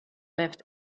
left